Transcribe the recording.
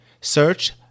Search